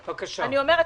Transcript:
בבקשה.